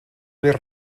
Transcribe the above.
més